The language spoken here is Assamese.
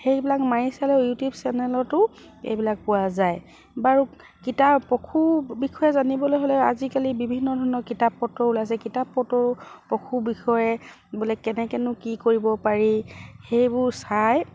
সেইবিলাক মাৰি চালেও ইউটিউব চেনেলতো এইবিলাক পোৱা যায় বাৰু কিতাপ পশু বিষয়ে জানিবলৈ হ'লেও আজিকালি বিভিন্ন ধৰণৰ কিতাপ পত্ৰ ওলাইছে কিতাপ পত্ৰ পশু বিষয়ে বোলে কেনেকেনো কি কৰিব পাৰি সেইবোৰ চাই